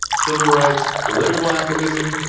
civil rights, political activism,